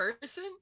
person